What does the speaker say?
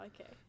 okay